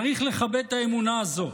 צריך לכבד את האמונה הזו,